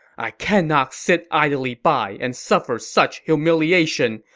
i cannot sit idly by and suffer such humiliation.